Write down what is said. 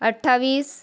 अठ्ठावीस